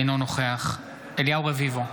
אינו נוכח אליהו רביבו,